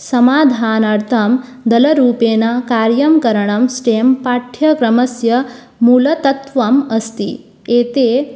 समाधानार्थं दलरूपेण कार्यं करणं स्टें पाठ्यक्रमस्य मूलतत्त्वम् अस्ति एते